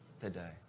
today